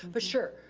for sure.